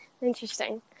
Interesting